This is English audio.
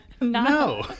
No